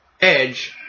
Edge